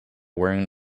wearing